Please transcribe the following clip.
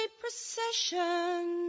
procession